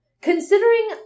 Considering